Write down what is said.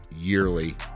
yearly